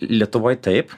lietuvoj taip